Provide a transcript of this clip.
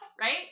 Right